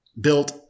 built